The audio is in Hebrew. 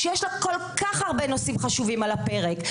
שיש לה כל כך הרבה נושאים חשובים על הפרק,